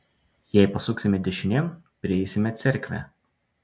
jei pasuksime dešinėn prieisime cerkvę